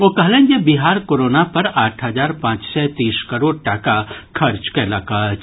ओ कहलनि जे बिहार कोरोना पर आठ हजार पांच सय तीस करोड़ टाका खर्च कयलक अछि